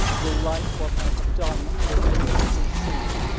will like what i have done remains to be seen.